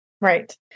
Right